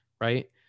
Right